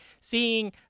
Seeing